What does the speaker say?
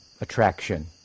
attraction